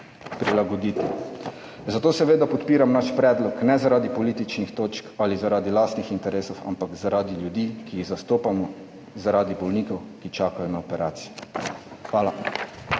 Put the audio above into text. prilagoditi. Zato seveda podpiram naš predlog. Ne zaradi političnih točk ali zaradi lastnih interesov, ampak zaradi ljudi, ki jih zastopamo, zaradi bolnikov, ki čakajo na operacijo. Hvala.